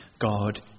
God